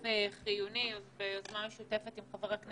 כענפים חיוניים זהו דיון ביוזמה משותפת עם חבר הכנסת